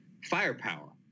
firepower